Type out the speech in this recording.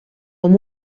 amb